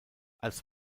als